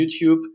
YouTube